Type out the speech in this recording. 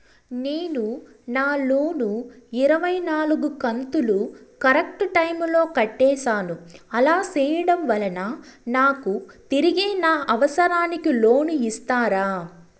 నేను నా లోను ఇరవై నాలుగు కంతులు కరెక్టు టైము లో కట్టేసాను, అలా సేయడం వలన నాకు తిరిగి నా అవసరానికి లోను ఇస్తారా?